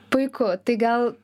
puiku tai gal